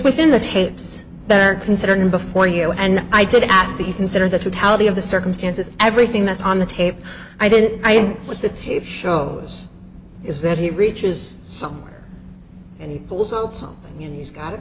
within the tapes that are considered before you and i did ask that you consider the totality of the circumstances everything that's on the tape i didn't i was the tape shows is that he reaches somewhere and he pulls out something and he's got a